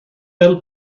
fel